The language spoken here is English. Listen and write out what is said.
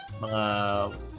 Mga